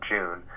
June